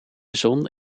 zon